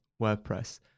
wordpress